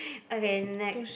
okay next